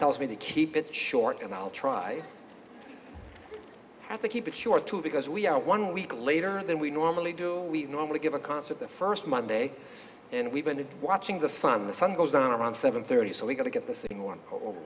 tells me to keep it short and i'll try to keep it short too because we are one week later than we normally do a week normally give a concert the first monday and we've been watching the sun the sun goes down around seven thirty so we got to get this thing won over